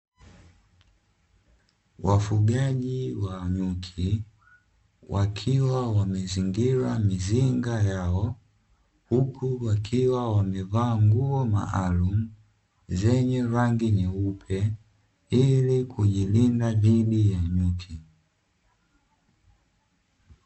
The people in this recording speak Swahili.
Wafugaji wa nyuki wakiwa wamezingira mizinga yao, huku wakiwa wamevaa nguo maalumu zenye rangi nyeupe ili kujilinda dhidi ya nyuki.